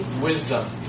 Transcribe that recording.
Wisdom